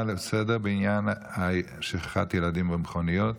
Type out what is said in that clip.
לסדר-היום בעניין שכחת ילדים במכוניות?